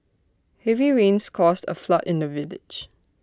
heavy rains caused A flood in the village